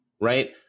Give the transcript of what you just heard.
Right